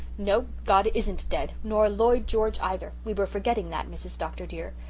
no, god isn't dead nor lloyd george either. we were forgetting that, mrs. dr. dear.